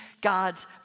God's